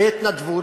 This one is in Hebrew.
בהתנדבות,